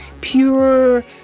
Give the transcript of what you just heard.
pure